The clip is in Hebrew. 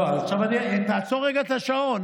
לא, תעצור רגע את השעון,